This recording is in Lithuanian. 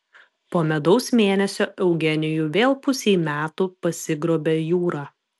po medaus mėnesio eugenijų vėl pusei metų pasigrobė jūra